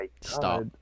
Stop